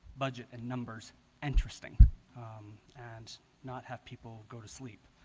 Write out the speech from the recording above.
budget and numbers interesting and not have people go to sleep,